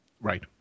Right